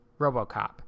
Robocop